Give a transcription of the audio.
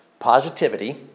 Positivity